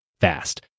fast